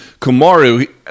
Kumaru